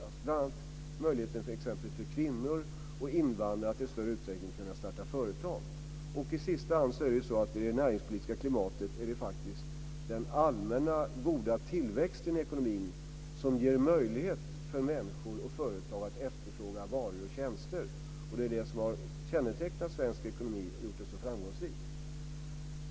Det gäller bl.a. möjligheten exempelvis för kvinnor och invandrare att i större utsträckning starta företag. I sista hand är det ju när det gäller det näringspolitiska klimatet faktiskt den allmänna goda tillväxten i ekonomin som ger möjlighet för människor och företag att efterfråga varor och tjänster. Det är det som har kännetecknat svensk ekonomi och gjort den så framgångsrik.